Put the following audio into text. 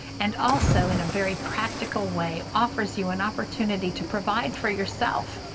and also in a very practical way offers you an opportunity to provide for yourself.